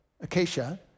Acacia